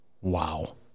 Wow